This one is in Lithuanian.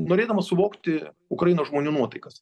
norėdamas suvokti ukrainos žmonių nuotaikas